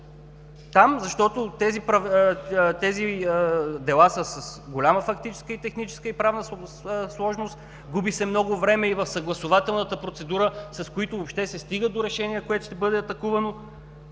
защото тези дела са с голяма фактическа, техническа и правна сложност, губи се много време и в съгласувателната процедура, с което въобще се стига до решение, което ще бъде атакувано.